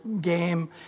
game